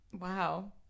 Wow